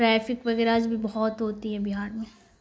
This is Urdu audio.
ٹریفک وغیراز بھی بہت ہوتی ہے بہار میں